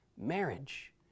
marriage